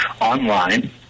online